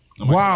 Wow